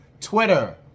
Twitter